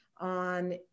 on